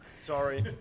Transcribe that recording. Sorry